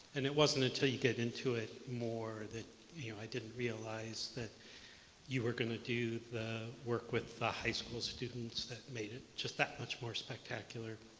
and it wasn't until you get into it more that i didn't realize that you were going to do the work with the high school students that made it just that much more spectacular.